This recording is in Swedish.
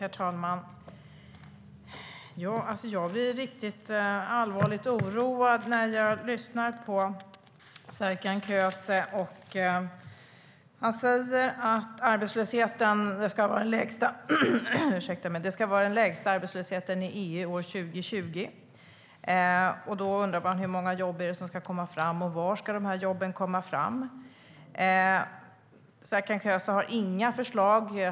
Herr talman! Jag blir riktigt allvarligt oroad när jag lyssnar på Serkan Köse. Han säger att arbetslösheten ska vara den lägsta i EU år 2020. Då undrar man hur många jobb det är som ska komma fram och var dessa jobb ska komma fram. Serkan Köse har inga förslag.